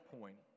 point